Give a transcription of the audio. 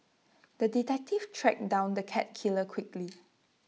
the detective tracked down the cat killer quickly